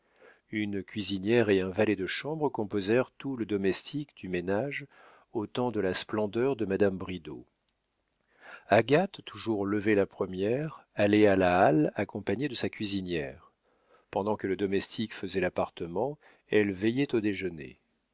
une cuisinière et un valet de chambre composèrent tout le domestique du ménage au temps de la splendeur de madame bridau agathe toujours levée la première allait à la halle accompagnée de sa cuisinière pendant que le domestique faisait l'appartement elle veillait au déjeuner